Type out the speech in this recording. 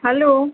hello